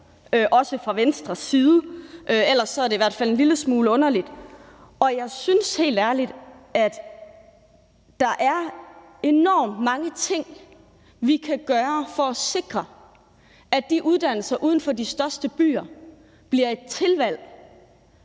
også fra Venstres side. Ellers er det i hvert fald en lille smule underligt. Jeg synes helt ærligt, at der er enormt mange ting, vi kan gøre for at sikre, at de her uddannelser uden for de største byer bliver et tilvalg